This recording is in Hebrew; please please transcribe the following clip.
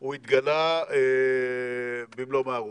הוא התגלה במלוא מערומיו.